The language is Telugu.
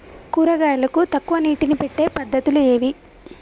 కూరగాయలకు తక్కువ నీటిని పెట్టే పద్దతులు ఏవి?